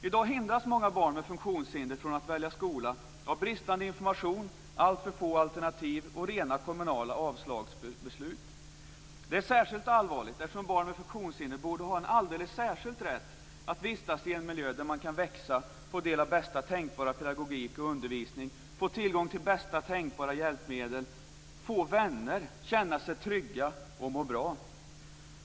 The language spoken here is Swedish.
I dag hindras många barn med funktionshinder från att välja skola av bristande information, alltför få alternativ och rena kommunala avslagsbeslut. Det är särskilt allvarligt, eftersom barn med funktionshinder borde ha en alldeles särskild rätt att vistas i en miljö där de kan växa, få del av bästa tänkbara pedagogik och undervisning, få tillgång till bästa tänkbara hjälpmedel, få vänner, känna sig trygga och må bra.